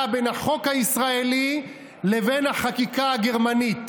בין החוק הישראלי לבין החקיקה הגרמנית